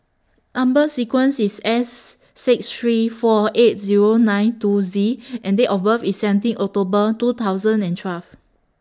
Number sequence IS S six three four eight Zero nine two Z and Date of birth IS seventeen October two thousand and twelve